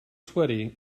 sweaty